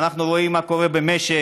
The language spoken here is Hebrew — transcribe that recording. ואנחנו רואים מה קורה במשק,